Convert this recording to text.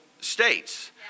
states